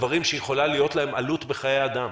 דברים שיכולה להיות להם עלות בחיי אדם